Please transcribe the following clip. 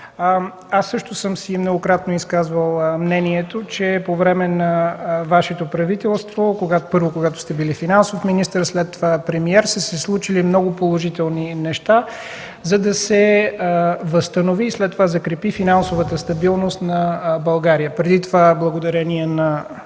Аз също многократно съм изказвал мнение, че по време на Вашето правителство – първо, когато сте били финансов министър, а след това – премиер, са се случили много положителни неща, за да се възстанови и след това да се закрепи финансовата стабилност на България. Преди това благодарение на